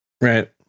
Right